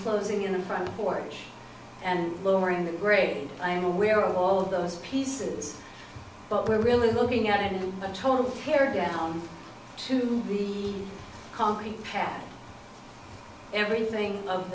closing in the front porch and lowering the grate i'm aware of all of those pieces but we're really looking at a total here down to the concrete pad everything of